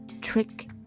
trick